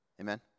Amen